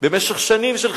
במשך שנים של חינוך,